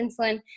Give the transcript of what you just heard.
insulin